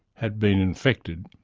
had been infected.